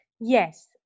Yes